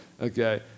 Okay